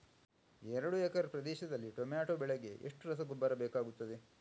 ಎರಡು ಎಕರೆ ಪ್ರದೇಶದಲ್ಲಿ ಟೊಮ್ಯಾಟೊ ಬೆಳೆಗೆ ಎಷ್ಟು ರಸಗೊಬ್ಬರ ಬೇಕಾಗುತ್ತದೆ?